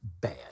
bad